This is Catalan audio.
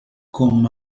com